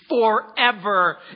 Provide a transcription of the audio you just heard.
Forever